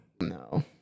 No